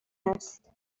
است